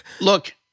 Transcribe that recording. Look